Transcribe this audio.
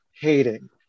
hating